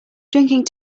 drinking